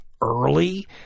early